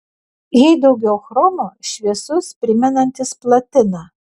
jei daugiau chromo šviesus primenantis platiną